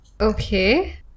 okay